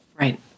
Right